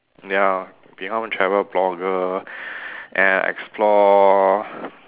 ya become a travel blogger and explore